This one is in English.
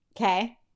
Okay